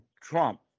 Trump